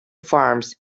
farms